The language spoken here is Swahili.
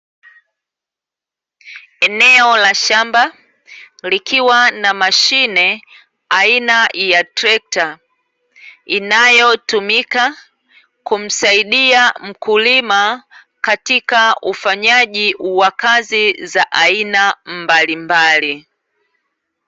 Eneo la shamba likiwa na mashine aina ya trekta, inayotumika kumsaidia mkulima katika ufanyaji wa kazi za aina mbalimbali.